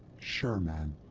sure man.